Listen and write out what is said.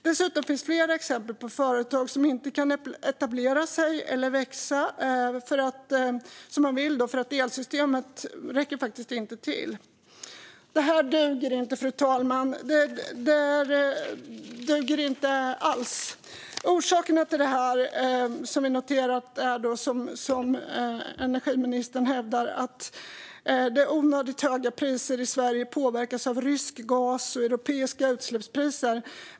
Dessutom finns det flera exempel på företag som inte kan etablera sig eller växa som de vill eftersom elsystemet inte räcker till. Det här duger inte, fru talman. Det duger inte alls. Vi har noterat att energiministern hävdar att orsakerna till de onödigt höga priserna i Sverige skulle vara att de påverkas av tillgången till rysk gas och europeiska utsläppspriser.